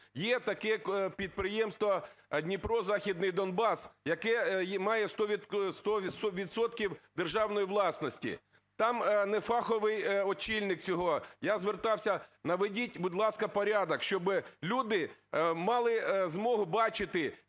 Є таке підприємство "Дніпро-Західний Донбас", яке має 100 відсотків державної власності. Там нефаховий очільник цього, я звертався, наведіть, будь ласка, порядок, щоби люди мали змогу бачити,